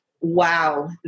Wow